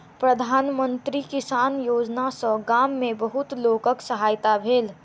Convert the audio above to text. प्रधान मंत्री किसान योजना सॅ गाम में बहुत लोकक सहायता भेल